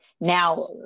now